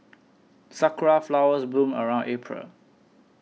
sakura flowers bloom around April